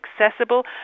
accessible